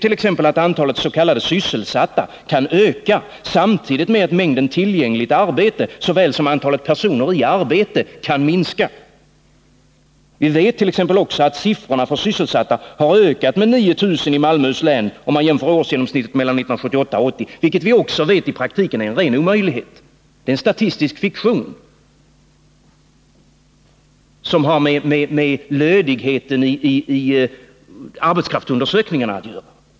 Vi vet ju att antalet s.k. sysselsatta kan öka samtidigt som såväl mängden tillgängligt arbete som antalet personer i arbete kan minska, och vi vet t.ex. också att antalet 145 sysselsatta har ökat med 9 000 i Malmöhus län mellan 1978 och 1980. Vi vet att detta i praktiken är en ren omöjlighet. Det rör sig om en statistisk fiktion som har med lödigheten i arbetskraftsundersökningarna att göra.